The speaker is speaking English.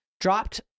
dropped